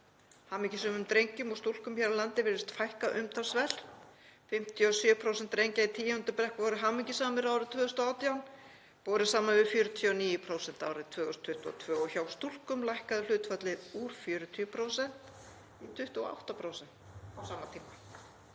Hamingjusömum drengjum og stúlkum hér á landi virðist fækka umtalsvert. 57% drengja í 10. bekk voru hamingjusamir árið 2018, borið saman við 49% árið 2022, og hjá stúlkum lækkaði hlutfallið úr 40% í 28% á sama tíma.